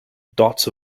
dots